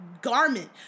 garment